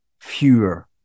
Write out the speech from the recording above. fewer